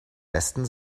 westen